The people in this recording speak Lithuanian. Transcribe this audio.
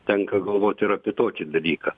tenka galvoti ir apie tokį dalyką